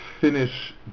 finish